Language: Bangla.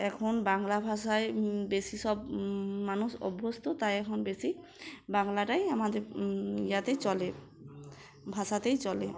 এখন বাংলা ভাষায় বেশি সব মানুষ অভ্যস্ত তাই এখন বেশি বাংলাটাই আমাদের ইয়োতে চলে ভাষাতেই চলে